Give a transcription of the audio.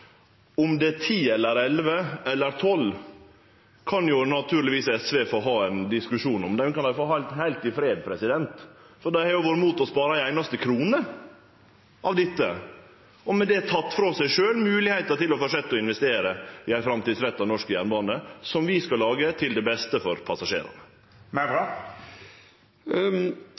Om det er 10, 11 eller 12 milliardar, kan naturlegvis SV få ha ein diskusjon om. Den kan dei få ha heilt i fred, for dei har jo vore imot å spare ei einaste krone av dette, og med det teke frå seg sjølv moglegheita til å halde fram med å investere i ein framtidsretta norsk jernbane som vi skal lage til det beste for